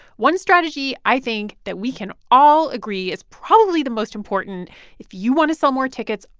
one strategy i think that we can all agree is probably the most important if you want to sell more tickets,